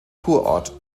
kurort